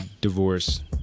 divorce